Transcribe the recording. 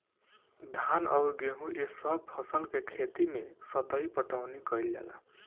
धान अउर गेंहू ए सभ फसल के खेती मे सतही पटवनी कइल जाला